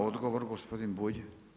Odgovor gospodin Bulj.